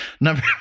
number